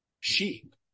sheep